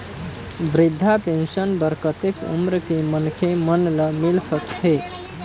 वृद्धा पेंशन बर कतेक उम्र के मनखे मन ल मिल सकथे?